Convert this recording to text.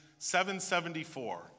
774